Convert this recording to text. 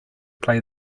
play